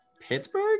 Pittsburgh